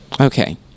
Okay